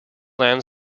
land